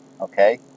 okay